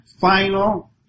final